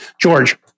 George